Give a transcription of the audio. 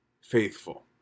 faithful